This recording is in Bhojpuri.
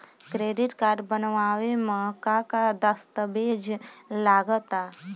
क्रेडीट कार्ड बनवावे म का का दस्तावेज लगा ता?